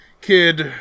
kid